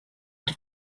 have